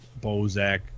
Bozak